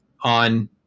on